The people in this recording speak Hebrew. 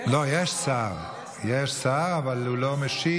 לא, יש שר, אבל הוא לא משיב.